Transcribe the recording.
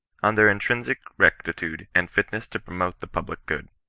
on their intrinsic rectitude and fitness to promote the public good.